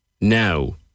now